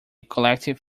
collective